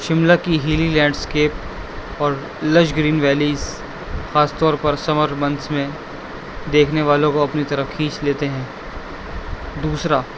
شملہ کی hilly landscape اور lush green valleys خاص طور پر سمر منتھس میں دیکھنے والوں کو اپنی طرف کھینچ لیتے ہیں دوسرا